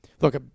Look